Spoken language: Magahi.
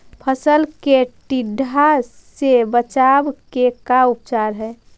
फ़सल के टिड्डा से बचाव के का उपचार है?